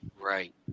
Right